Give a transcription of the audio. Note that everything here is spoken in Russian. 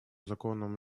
законом